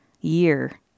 year